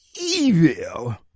evil